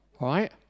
right